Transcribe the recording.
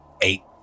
Eight